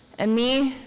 and me,